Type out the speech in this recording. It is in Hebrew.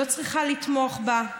לא צריכה לתמוך בה,